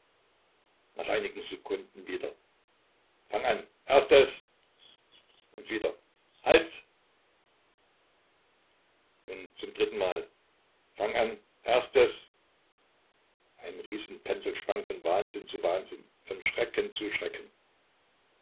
nach einigen sekunden wieder fang an erstes und wieder halt und zum dritten mal fang an erstes ein riesenpendel schwang von wahnsinn zu wahnsinn von schrecken zu schrecken